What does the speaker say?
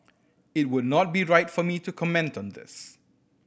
it would not be right for me to comment on this